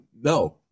No